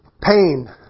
pain